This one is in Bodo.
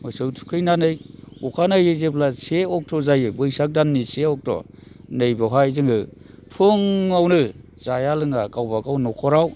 मोसौ थुखैनानै अखानायै जेब्ला से अक्ट' जायो बैसाग दाननि से अक्ट' नैबावहाय जोङो फुङावनो जाया लोङा गावबागाव न'खराव